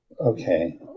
okay